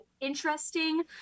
interesting